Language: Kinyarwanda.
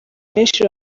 benshi